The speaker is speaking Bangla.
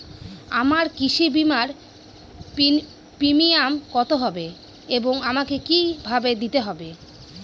আমার কৃষি বিমার প্রিমিয়াম কত হবে এবং আমাকে কি ভাবে দিতে হবে?